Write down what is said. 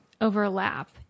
overlap